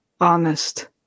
honest